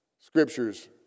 scriptures